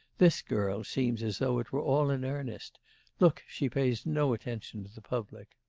this girl seems as though it were all in earnest look, she pays no attention to the public